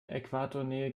äquatornähe